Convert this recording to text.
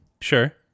sure